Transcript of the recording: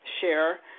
share